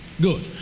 Good